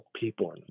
People